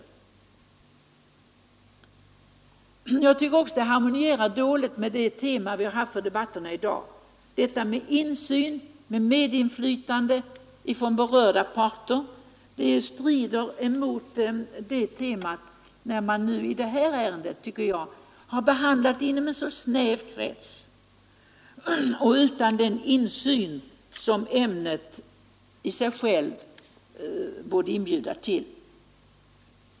Behandlingen av denna fråga harmonierar dåligt med temat för debatterna i dag, nämligen insyn och medinflytande från berörda parter. Det strider mot detta tema, när man som i detta ärende har behandlat frågan inom en så snäv krets och utan den insyn som ämnet i sig självt borde inbjuda till.